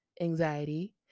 anxiety